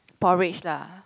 porridge lah